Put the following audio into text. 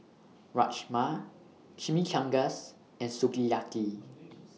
Rajma Chimichangas and Sukiyaki